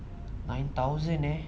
nine thousand eh